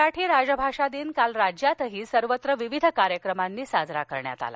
मराठी राजभाषा दिन काल राज्यात सर्वत्र विविध कार्यक्रमांनी साजरा झाला